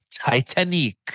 Titanic